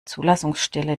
zulassungsstelle